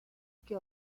que